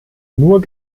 nur